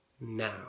now